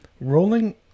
Rolling